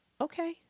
okay